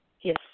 Yes